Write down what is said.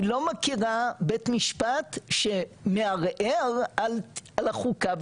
אני לא מכירה בית משפט שמערער על החוקה,